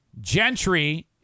Gentry